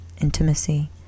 intimacy